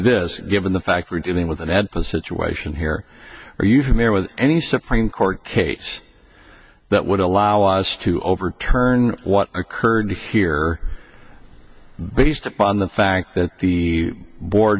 this given the fact we're dealing with and had a situation here are you familiar with any supreme court case that would allow us to overturn what occurred here based upon the fact that the board